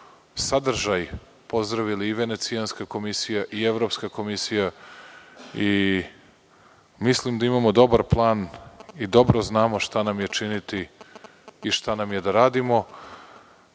sadržaj podržali i Venecijanska komisija i Evropska komisija. Mislim da imamo dobar plan i dobro znamo šta nam je činiti. Da li ćemo